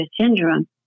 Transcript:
syndrome